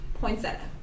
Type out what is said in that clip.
poinsettia